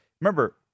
Remember